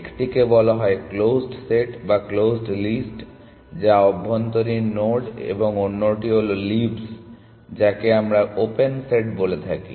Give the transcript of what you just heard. একটিকে বলা হয় ক্লোজড সেট বা ক্লোজড লিস্ট যা অভ্যন্তরীণ নোড এবং অন্যটি হলো লিভস যাকে আমরা ওপেন সেট বলে থাকি